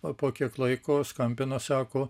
o po kiek laiko skambina sako